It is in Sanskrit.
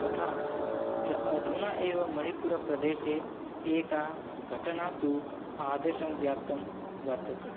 तथा च अधुना एव मणिपुरप्रदेशे एका घटना तु आदेशं व्याप्ता वर्तते